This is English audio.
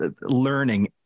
learning